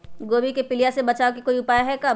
गोभी के पीलिया से बचाव ला कोई उपाय है का?